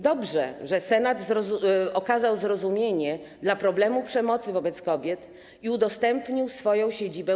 Dobrze, że Senat okazał zrozumienie dla problemu przemocy wobec kobiet i udostępnił kobietom swoją siedzibę.